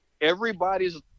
everybody's